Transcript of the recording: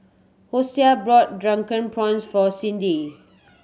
Hosea brought Drunken Prawns for Cindi